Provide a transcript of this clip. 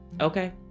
okay